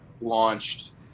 launched